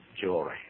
jewelry